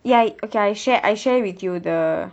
ya okay I share I share with you the